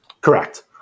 Correct